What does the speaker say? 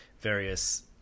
various